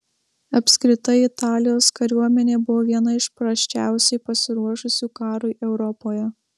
apskritai italijos kariuomenė buvo viena iš prasčiausiai pasiruošusių karui europoje